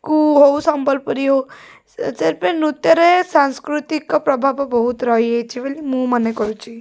କୁ ହଉ ସମ୍ବଲପୁରୀ ହଉ ସେ ସେଇଥିପାଇଁ ନୃତ୍ୟରେ ସାଂସ୍କୃତିକ ପ୍ରଭାବ ବହୁତ ରହିଅଛି ବୋଲି ମୁଁ ମନେ କରୁଛି